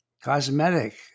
cosmetic